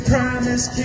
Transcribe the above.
Promise